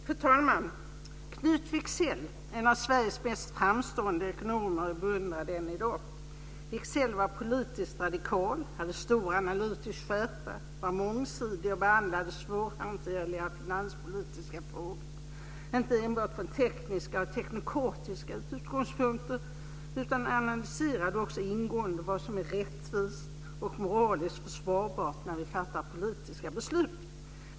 Fru talman! Knut Wicksell, en av Sveriges mest framstående ekonomer, är beundrad än i dag. Wicksell var politiskt radikal, hade stor analytisk skärpa, var mångsidig och behandlade svårhanterliga finanspolitiska frågor inte enbart från tekniska och teknokratiska utgångspunkter, utan analyserade också ingående vad som är rättvist och moraliskt försvarbart när vi fattar politiska beslut.